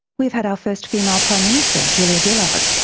we have had our first female prime minister, julia gillard,